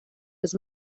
los